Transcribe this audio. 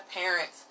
parents